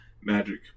Magic